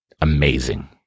amazing